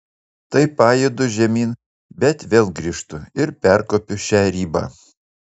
tai pajudu žemyn bet vėl grįžtu ir perkopiu šią ribą